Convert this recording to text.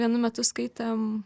vienu metu skaitėm